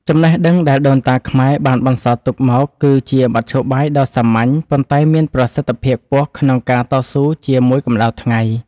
ចំណេះដឹងដែលដូនតាខ្មែរបានបន្សល់ទុកមកគឺជាមធ្យោបាយដ៏សាមញ្ញប៉ុន្តែមានប្រសិទ្ធភាពខ្ពស់ក្នុងការតស៊ូជាមួយកម្តៅថ្ងៃ។